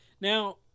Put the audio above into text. Now